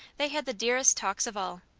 they had the dearest talks of all.